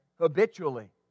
Habitually